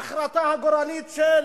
ההחלטה הגורלית של